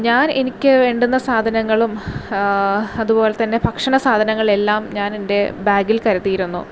ഞാൻ എനിക്ക് വേണ്ടുന്ന സാധനങ്ങളും അതുപോലെ തന്നെ ഭക്ഷണ സാധനങ്ങൾ എല്ലാം ഞാൻ എന്റെ ബാഗിൽ കരുതിയിരുന്നു